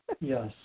Yes